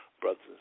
Brothers